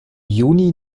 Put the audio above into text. juni